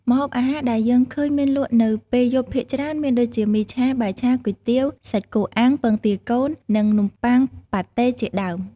ម្ហូបអាហារដែលយើងឃើញមានលក់នៅពេលយប់ភាគច្រើន មានដូចជា មីឆា បាយឆា គុយទាវ សាច់គោអាំង ពងទាកូន និងនំបុ័ងប៉ាត់តេ ជាដើម។